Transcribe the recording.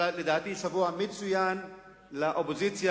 אבל לדעתי שבוע מצוין לאופוזיציה,